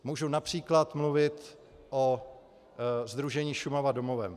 Můžu například mluvit o sdružení Šumava domovem.